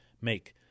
make